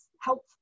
helpful